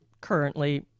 currently